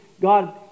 God